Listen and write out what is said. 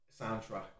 soundtrack